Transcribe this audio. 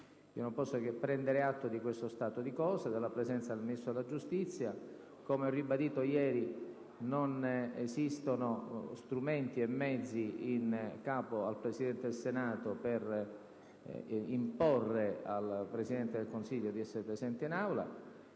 Non posso che prendere atto di questo stato di cose e, dunque, della presenza del Ministro della giustizia. Come ho ribadito ieri, non esistono strumenti e mezzi in capo al Presidente del Senato per imporre al Presidente del Consiglio di essere presente in Aula.